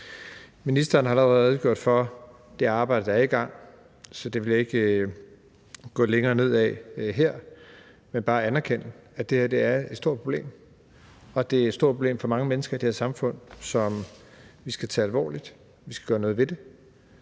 Ministeren har allerede redegjort for det arbejde, der er i gang, så det vil jeg ikke gå længere ind i her, men bare anerkende, at det her er et stort problem, og at det er et stort problem for mange mennesker i det her samfund. Så vi skal tage det alvorligt, og vi skal gøre noget ved det,